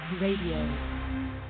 Radio